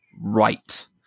right